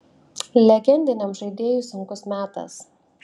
legendiniam žaidėjui sunkus metas